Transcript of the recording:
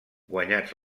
guanyats